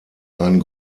einen